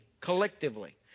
collectively